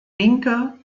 vincke